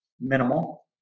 Minimal